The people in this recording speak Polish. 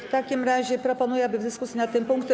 W takim razie proponuję, aby w dyskusji nad tym punktem.